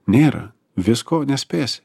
nėra visko nespėsi